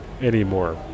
anymore